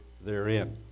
therein